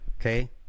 okay